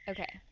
Okay